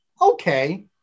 Okay